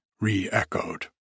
re-echoed